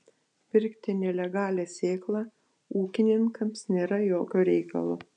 pirkti nelegalią sėklą ūkininkams nėra jokio reikalo